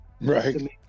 Right